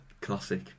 Classic